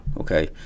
okay